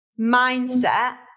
mindset